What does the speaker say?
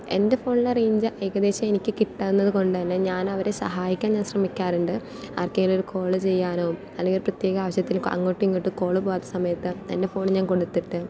എൻ്റെ ഫോണിലെ റേഞ്ച് ഏകദേശം എനിക്ക് കിട്ടാവുന്നത് കൊണ്ടു തന്നെ ഞാൻ അവരെ സഹായിക്കാൻ ഞാൻ ശ്രമിക്കാറുണ്ട് ആർക്കെങ്കിലുമൊരു കോൾ ചെയ്യാനോ അല്ലെങ്കിൽ പ്രത്യേക ആവശ്യത്തിന് അങ്ങോട്ടും ഇങ്ങോട്ടും കോൾ പോകാത്ത സമയത്ത് എൻ്റെ ഫോൺ ഞാൻ കൊടുത്തിട്ട്